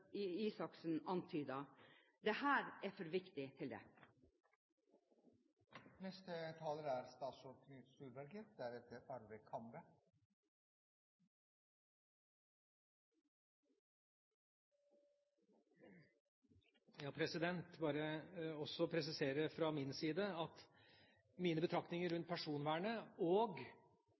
Røe Isaksen antydet. Dette er for viktig til det. Jeg vil bare presisere fra min side at mine betraktninger rundt personvernet og